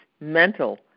mental